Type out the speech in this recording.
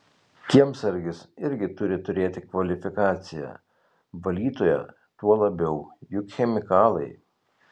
kiemsargis irgi turi turėti kvalifikaciją valytoja tuo labiau juk chemikalai